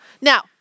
Now